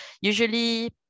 usually